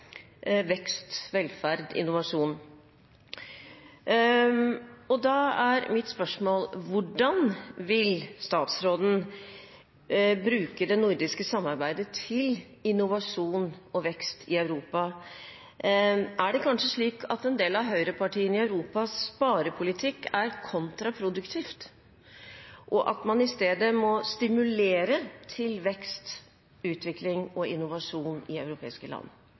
vekst, velferd og innovasjon. Da er mitt spørsmål: Hvordan vil statsråden bruke det nordiske samarbeidet til innovasjon og vekst i Europa? Er det kanskje slik at en del av høyrepartiene i Europas sparepolitikk er kontraproduktivt, og at man i stedet må stimulere til vekst, utvikling og innovasjon i europeiske land?